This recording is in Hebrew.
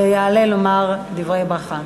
יעלה לומר דברי ברכה.